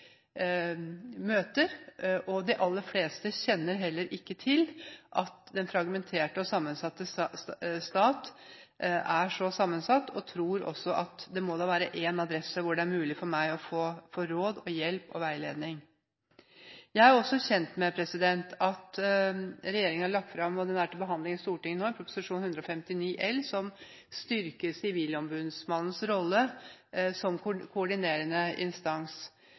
møter. De aller fleste kjenner heller ikke til at den fragmenterte og sammensatte stat er så sammensatt, men tror at det må være én adresse hvor det er mulig for den enkelte å få råd, hjelp og veiledning. Jeg er kjent med at regjeringen har lagt fram Prop. 159 L for 2012–2013 – den er til behandling i Stortinget nå – som styrker Sivilombudsmannens rolle som koordinerende instans.